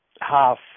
half